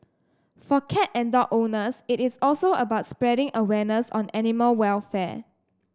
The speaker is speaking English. for cat and dog owners it is also about spreading awareness on animal welfare